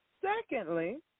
Secondly